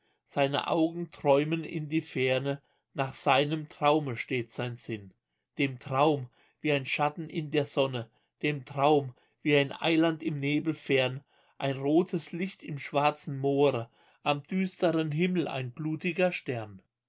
seine augen träumen in die ferne nach seinem traume steht sein sinn dem traum wie ein schatten in der sonne dem traum wie ein eiland im nebel fern ein rotes licht im schwarzen moore am düsteren himmel ein blutiger stern